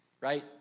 right